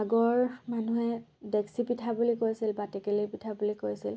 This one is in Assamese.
আগৰ মানুহে ডেক্সি পিঠা বুলি কৈছিল বা টেকেলি পিঠা বুলি কৈছিল